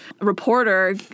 reporter